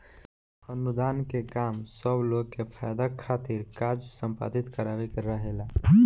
अनुदान के काम सब लोग के फायदा खातिर कार्य संपादित करावे के रहेला